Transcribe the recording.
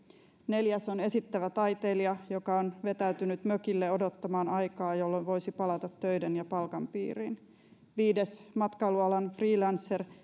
neljäs on esittävä taiteilija joka on vetäytynyt mökille odottamaan aikaa jolloin voisi palata töiden ja palkan piiriin viides matkailualan freelancer